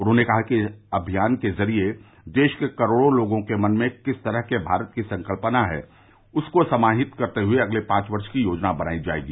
उन्होंने कहा कि इस अमियान के ज़रिये देश के करोड़ों लोगों के मन में किस तरह के भारत की संकल्पना है उसको समाहित करते हुए अगले पांच वर्ष की योजना बनाई जायेगी